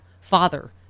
father